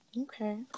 Okay